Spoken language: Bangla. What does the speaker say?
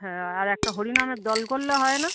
হ্যাঁ আর একটা হরিনামের দল করলে হয় না